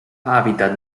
hàbitat